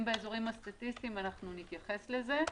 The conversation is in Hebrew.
באזורים הסטטיסטיים אנחנו נתייחס לזה.